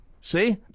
See